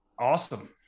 Awesome